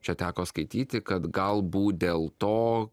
čia teko skaityti kad galbūt dėl to